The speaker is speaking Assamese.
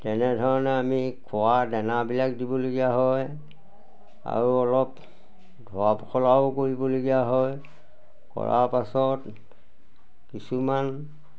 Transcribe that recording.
তেনেধৰণে আমি খোৱা দানাবিলাক দিবলগীয়া হয় আৰু অলপ ধোৱা পখলাও কৰিবলগীয়া হয় কৰাৰ পাছত কিছুমান